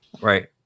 Right